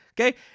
okay